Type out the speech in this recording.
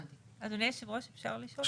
אדוני יושב הראש, אפשר לשאול?